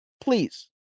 Please